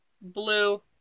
blue